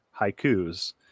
haikus